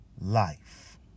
life